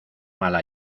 mala